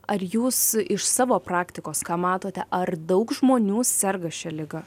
ar jūs iš savo praktikos ką matote ar daug žmonių serga šia liga